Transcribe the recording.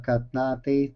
kad na tai